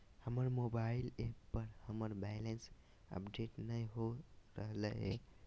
हमर mobile app पर हमर बैलेंस अपडेट नय हो रहलय हें